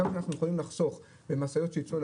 כמה שאנחנו יכולים לחסוך במשאיות שייצאו אל